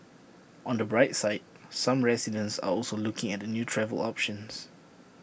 on the bright side some residents are also looking at new travel options